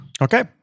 Okay